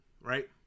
right